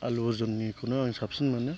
आल्लु आर्जुननिखौनो आं साबसिन मोनो